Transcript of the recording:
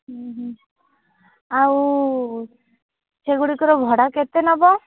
ହୁଁ ହୁଁ ଆଉ ସେଗୁଡ଼ିକର ଭଡ଼ା କେତେ ନେବ